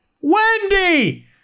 Wendy